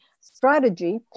strategy